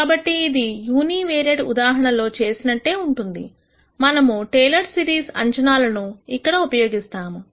కాబట్టి ఇది univariate ఉదాహరణ లో చేసినట్టే ఉంటుంది మనము టేలర్ సిరీస్ అంచనాలను ఇక్కడ ఉపయోగిస్తాము